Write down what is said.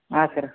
ಹಾಂ ಸರ